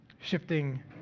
shifting